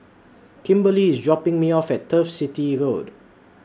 Kimberlee IS dropping Me off At Turf City Road